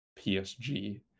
PSG